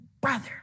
brother